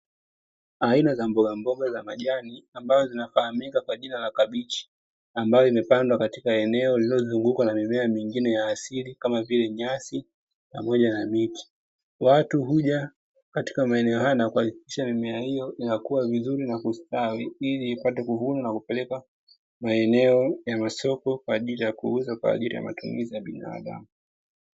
Aina za mbogamboga za majani ambazo zinafahamika kwa jina la kabichi ambazo zimepandwa katika ambalo limezunguukwa na mimea mingine ya asili kama vile nyasi pamoja na miti watu huja katika maeneo haya na kuhakikisha mimea hiyo inakua vizuri na kustawi ili ipate kuvunwa na kupelekwa maeneo ya masoko kwaajili ya kuuzwa na matumizi ya binadamu.